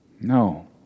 No